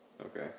Okay